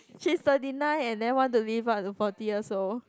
she's thirty nine and then want to live up to forty years old